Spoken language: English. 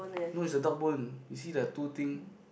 no it's a dog bone you see the two thing